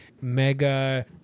mega